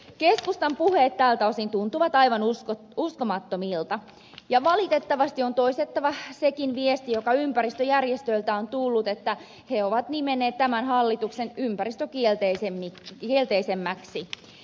keskustan puheet tältä osin tuntuvat aivan uskomattomilta ja valitettavasti on toistettava sekin viesti joka ympäristöjärjestöiltä on tullut että ne ovat nimenneet tämän hallituksen ympäristökielteisimmäksi